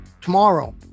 Tomorrow